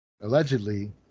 Allegedly